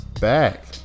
back